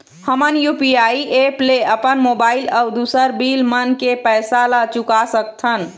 हमन UPI app ले अपन मोबाइल अऊ दूसर बिल मन के पैसा ला चुका सकथन